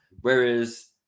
whereas